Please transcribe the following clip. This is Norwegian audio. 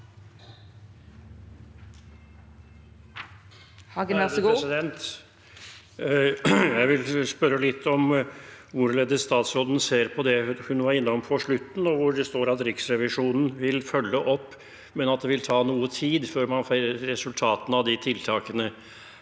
Hagen (FrP) Jeg vil spørre litt om hvorledes statsråden ser på det hun var innom på slutten, og det som står om at Riksrevisjonen vil følge opp, men at det vil ta noe tid før man får resultatene av de tiltakene.